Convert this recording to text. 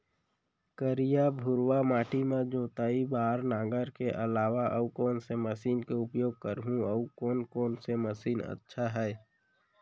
करिया, भुरवा माटी म जोताई बार नांगर के अलावा अऊ कोन से मशीन के उपयोग करहुं अऊ कोन कोन से मशीन अच्छा है?